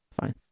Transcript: fine